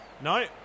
No